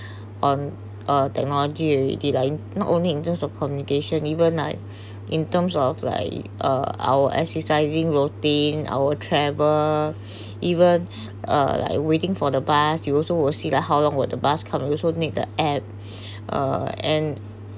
on a technology line not only in terms of communication even like in terms of like uh our exercising routine our travel even uh like waiting for the bus you also will see like how long the bus come we also need the app uh and